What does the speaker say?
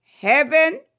heaven